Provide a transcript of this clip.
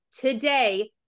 today